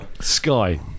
Sky